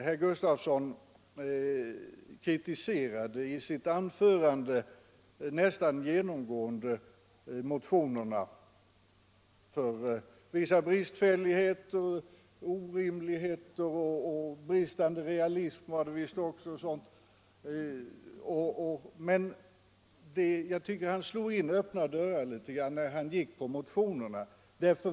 Herr Gustafsson i Stockholm kritiserade i sitt anförande nästan genomgående motionerna från moderaterna och centern för vissa bristfälligheter och orimligheter —- bristande realism var det visst också tal om — men jag tycker han slog in öppna dörrar när han kritiserade motionerna.